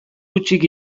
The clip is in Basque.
hutsik